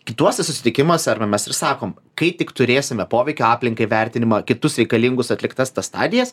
kituose susitikimuose arba mes ir sakom kai tik turėsime poveikio aplinkai vertinimą kitus reikalingus atliktas tas stadijas